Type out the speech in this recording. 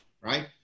right